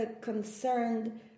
concerned